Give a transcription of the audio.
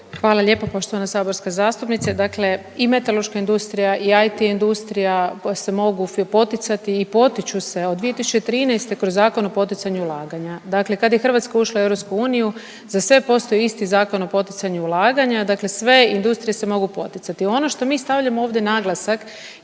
Hvala lijepo. Poštovana saborska zastupnice, dakle i metalurška industrija i IT industrija se mogu poticati i potiču se od 2013. kroz Zakon o poticanju ulaganja. Dakle, kad je Hrvatska ušla u EU za sve postoji isti Zakon o poticanju ulaganja, dakle sve industrije se mogu poticati. Ono što mi stavljamo ovdje naglasak